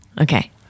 Okay